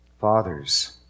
Fathers